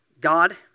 God